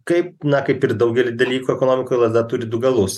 kaip na kaip ir daugelį dalykų ekonomikoj lazda turi du galus